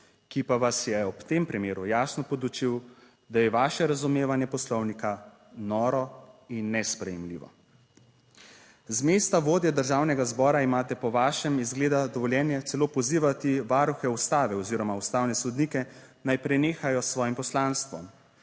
ki pa vas je ob tem primeru jasno podučil, da je vaše razumevanje Poslovnika noro in nesprejemljivo. Z mesta vodje Državnega zbora imate po vašem izgleda dovoljenje celo pozivati varuhe Ustave oziroma ustavne sodnike, naj prenehajo s svojim poslanstvom.